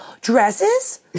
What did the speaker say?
dresses